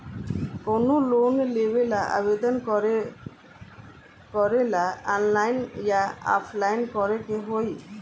कवनो लोन लेवेंला आवेदन करेला आनलाइन या ऑफलाइन करे के होई?